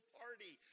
party